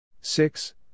Six